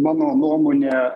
mano nuomone